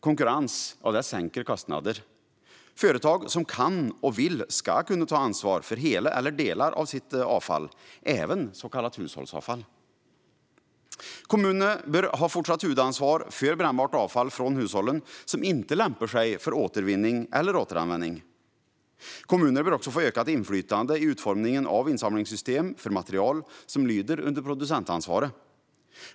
Konkurrens sänker kostnader. Företag som kan och vill ska kunna ta ansvar för hela eller delar av sitt avfall, även så kallat hushållsavfall. Kommunerna bör ha fortsatt huvudansvar för det brännbara avfall från hushållen som inte lämpar sig för återvinning eller återanvändning. Kommuner bör också få ökat inflytande i utformningen av insamlingssystem för material som lyder under producentansvaret.